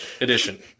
edition